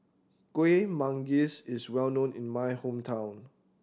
Kuih Manggis is well known in my hometown